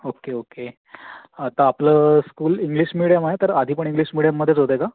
okay okay आता आपलं school English medium आहे तर आधी पण इंग्लिश मीडियममध्येच होते का